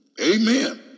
Amen